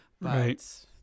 Right